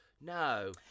no